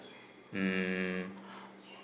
mm